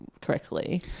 correctly